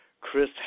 Chris